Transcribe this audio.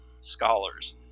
scholars